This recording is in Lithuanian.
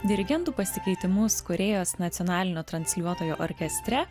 dirigentų pasikeitimus korėjos nacionalinio transliuotojo orkestre